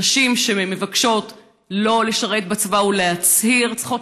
נשים שמבקשות לא לשרת בצבא ולהצהיר צריכות